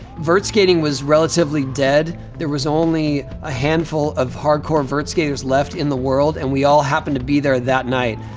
vert skating was relatively dead. there was only a handful of hardcore vert skaters left in the world, and we all happened to be there that night.